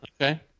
Okay